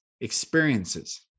experiences